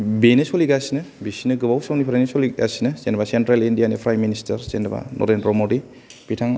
बेनो सोलिगासिनो बिसिनो गोबाव समनिफ्रायनो सलिगासिनो जेनेबा सेन्ट्रेल इण्डियानि प्राइम मिनिस्टार जेनेबा नरेन्द्र मडि बिथांआ